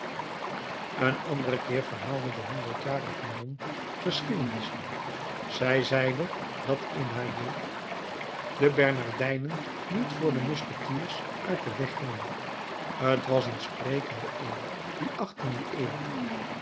een anderen keer verhaalde de honderdjarige non geschiedenissen zij zeide dat in haar jeugd de bernardijnen niet voor de musketiers uit den weg gingen t was een sprekende eeuw die achttiende eeuw